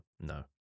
no